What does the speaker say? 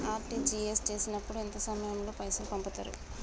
RTGS చేసినప్పుడు ఎంత సమయం లో పైసలు పంపుతరు?